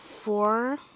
four